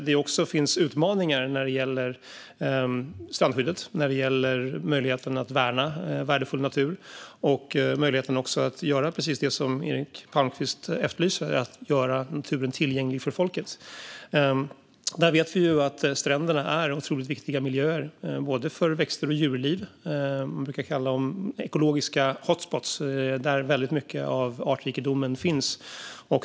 Det finns utmaningar när det gäller strandskyddet och när det gäller möjligheten att värna värdefull natur och att göra precis det som Eric Palmqvist efterlyser - göra naturen tillgänglig för folket. Vi vet att stränderna är otroligt viktiga miljöer för växter och djurliv. Man brukar kalla dem för ekologiska hotspots, där väldigt mycket av artrikedomen finns.